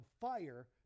fire